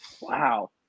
Wow